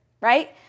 right